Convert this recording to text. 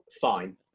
fine